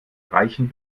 reichen